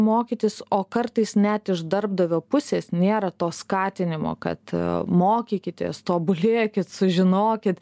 mokytis o kartais net iš darbdavio pusės nėra to skatinimo kad mokykitės tobulėkit sužinokit